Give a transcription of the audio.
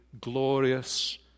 glorious